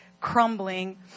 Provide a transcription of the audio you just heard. crumbling